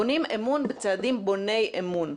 בונים אמון בצעדים בוני אמון.